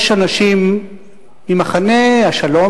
יש אנשים ממחנה השלום,